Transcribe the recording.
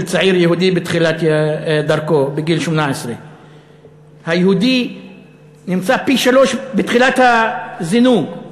צעיר יהודי בתחילת דרכו בגיל 18. היהודי נמצא פי-שלושה בתחילת הזינוק,